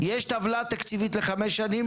יש טבלה תקציבית לחמש שנים?